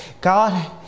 God